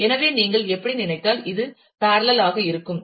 எனவே நீங்கள் எப்படி நினைத்தால் இது பேரலல் ஆக இருக்கும்